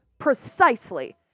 Precisely